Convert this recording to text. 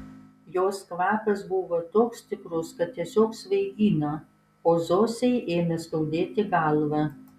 jos kvapas buvo toks stiprus kad tiesiog svaigino o zosei ėmė skaudėti galvą